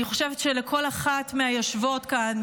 אני חושבת שכל אחד מהיושבים כאן,